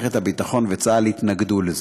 ועכשיו ממנים לו חשב מלווה.